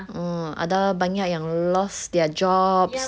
mm ada banyak yang lost their jobs